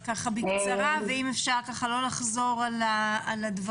בקצרה ואם אפשר לא לחזור על הדברים.